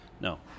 no